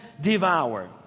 devour